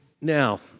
Now